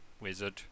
wizard